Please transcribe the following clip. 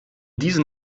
diesen